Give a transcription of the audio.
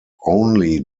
only